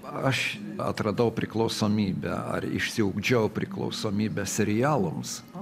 aš atradau priklausomybę ar išsiugdžiau priklausomybę serialams